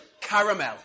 caramel